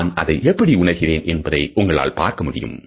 நான் அதை எப்படி உணர்கிறேன் என்பதை உங்களால் பார்க்க முடியும்